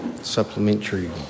Supplementary